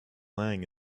lying